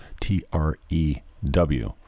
t-r-e-w